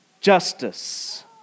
justice